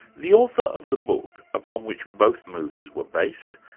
the author of the book upon which both movies were based,